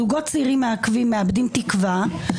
זוגות צעירים מאבדים תקווה,